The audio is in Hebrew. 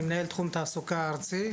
אני מנהל תחום תעסוקה ארצי.